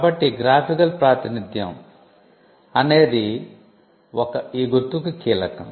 కాబట్టి గ్రాఫికల్ ప్రాతినిధ్యం అనేది ఈ గుర్తుకు కీలకం